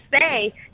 say